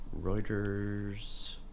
Reuters